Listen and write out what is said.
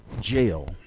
jail